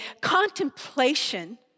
contemplation